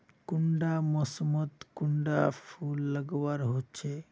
कुंडा मोसमोत कुंडा फुल लगवार होछै?